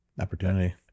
Opportunity